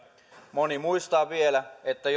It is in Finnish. moni muistaa vielä että